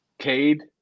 Cade